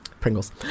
Pringles